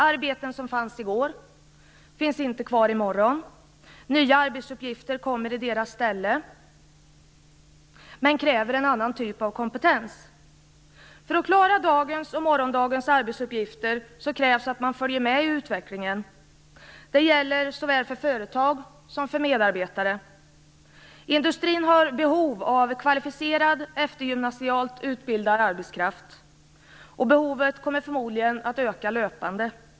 Arbeten som fanns i går finns inte kvar i morgon. Nya arbetsuppgifter kommer i deras ställe, men kräver en annan typ av kompetens. För att klara dagens och morgondagens arbetsuppgifter krävs det att man följer med i utvecklingen. Det gäller såväl för företag som för medarbetare. Industrin har behov av kvalificerad eftergymnasialt utbildad arbetskraft, och behovet kommer förmodligen att löpande öka.